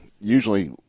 Usually